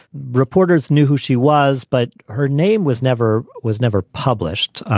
reporters knew who she was, but her name was never was never published.